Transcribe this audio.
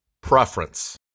preference